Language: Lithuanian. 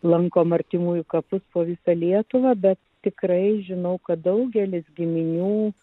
lankom artimųjų kapus po visą lietuvą bet tikrai žinau kad daugelis giminių